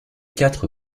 quatre